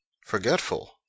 forgetful